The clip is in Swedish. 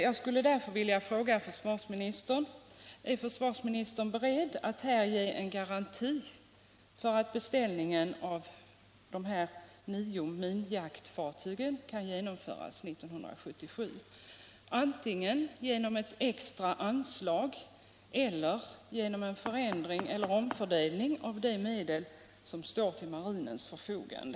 Jag skulle därför vilja fråga om försvarsministern är beredd att här lämna en garanti för att beställningen av dessa tio minjaktfartyg kan genomföras 1977, antingen genom ett extra anslag eller genom en förändring eller omfördelning av de medel som står till marinens förfogande.